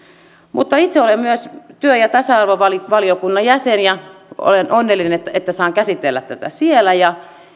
itse olen myös työ ja tasa arvovaliokunnan jäsen ja olen onnellinen että että saan käsitellä tätä siellä